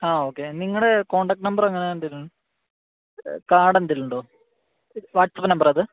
ആ ഓക്കെ നിങ്ങളുടെ contact number എങ്ങനെ എന്തെങ്കിലും കാര്ഡ് എന്തെങ്കിലും ഉണ്ടോ വാട്ട്സപ്പ് നമ്പർ ആണോ ഇത്